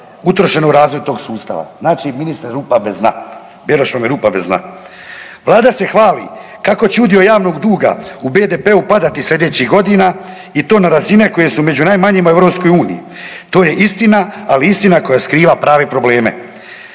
utrošene u razvoj tog sustava. Znači ministra rupa bez dna, Beroš vam je rupa bez dna. Vlada se hvali kako će udio javnog duga u BDP-u padati sljedećih godina i to na razine koje su među najmanjima u EU, to je istina, ali istina koja skriva prave probleme.